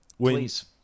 Please